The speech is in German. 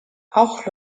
auch